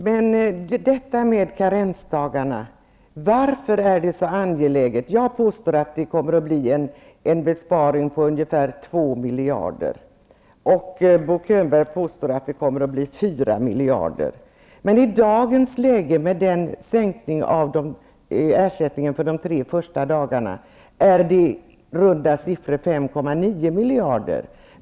Herr talman! Varför är detta med karensdagar så angeläget? Jag påstår att det kommer att bli en besparing på ungefär 2 miljarder, och Bo Könberg påstår att det kommer att bli en besparing på 4 miljarder. Men i dagens läge med en sänkning av ersättningen för de tre första dagarna, rör det sig i runda siffror om 5,9 miljarder.